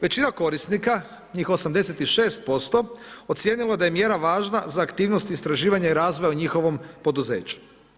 Većina korisnika, njih 86% ocijenilo je da je mjera važna za aktivnosti i istraživanja i razvoj u njihovom poduzeću.